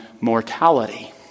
mortality